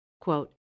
quote